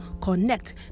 Connect